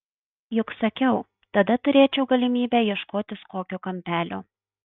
juk sakiau tada turėčiau galimybę ieškotis kokio kampelio